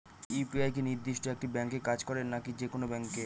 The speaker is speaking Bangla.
ইউ.পি.আই কি নির্দিষ্ট একটি ব্যাংকে কাজ করে নাকি যে কোনো ব্যাংকে?